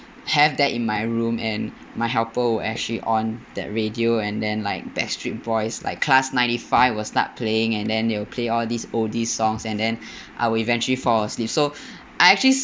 have that in my room and my helper would actually on that radio and then like Backstreet Boys like class ninety five was start playing and then they'll play all these oldie songs and then I would eventually fall asleep so I actually